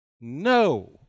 No